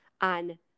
on